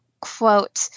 quote